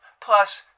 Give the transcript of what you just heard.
Plus